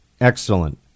Excellent